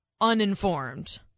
uninformed